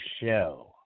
show